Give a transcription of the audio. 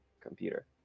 computer